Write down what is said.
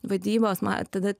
vadybos ma tada